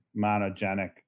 monogenic